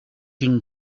une